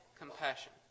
compassion